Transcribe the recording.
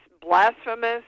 blasphemous